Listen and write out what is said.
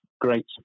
great